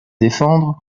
défendre